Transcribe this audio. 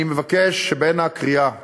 אני מבקש שבין הקריאה הראשונה,